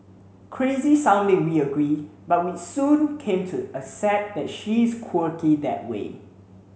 crazy sounding we agree but we soon came to accept that she is quirky that way